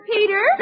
Peter